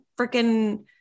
freaking